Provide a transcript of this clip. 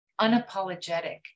unapologetic